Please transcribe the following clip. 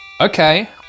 Okay